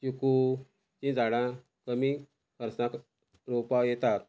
चिकू ची झाडां कमी खर्साक रोवपाक येता